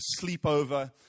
sleepover